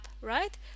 right